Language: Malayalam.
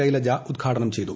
ശൈലജ ഉദ്ഘാടനം ചെയ്തു